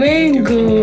Mango